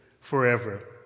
forever